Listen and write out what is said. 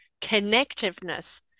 connectiveness